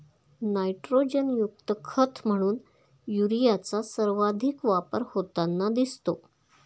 नायट्रोजनयुक्त खत म्हणून युरियाचा सर्वाधिक वापर होताना दिसतो